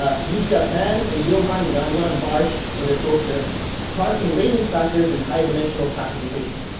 ah yujia pan and johann gagnon-bartsch for their poster parsing latent factors in high-dimensional classification.